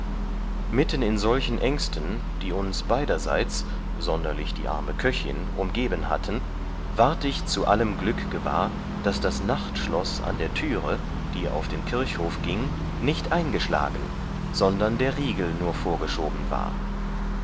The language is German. mitten in solchen ängsten die uns beiderseits sonderlich die arme köchin umgeben hatten ward ich zu allem glück gewahr daß das nachtschloß an der türe die auf den kirchhof gieng nicht eingeschlagen sondern der riegel nur vorgeschoben war